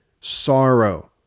sorrow